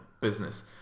business